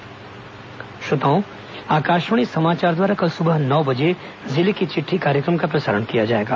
जिले की चिटठी श्रोताओं आकाशवाणी समाचार द्वारा कल सुबह नौ बजे जिले की चिट्ठी कार्यक्रम का प्रसारण किया जाएगा